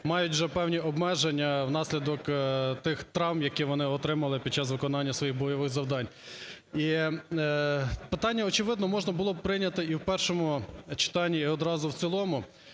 мають вже певні обмеження в наслідок тих травм, які вони отримали під час виконання своїх бойових завдань. Питання, очевидно, можна було б прийняти і в першому читанні, і одразу в цілому.